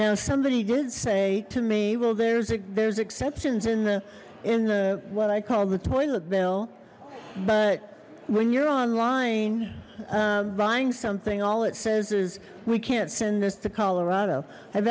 now somebody did say to me well there's a there's exceptions in the in the what i call the toilet bill but when you're online buying something all it says is we can't send this to colorado i've